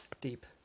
deep